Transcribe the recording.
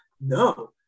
No